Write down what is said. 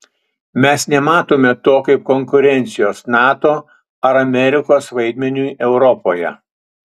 mes nematome to kaip konkurencijos nato ar amerikos vaidmeniui europoje